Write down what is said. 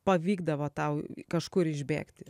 pavykdavo tau kažkur išbėgti